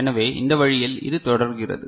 எனவே இந்த வழியில் இது தொடர்கிறது